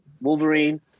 Wolverine